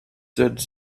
that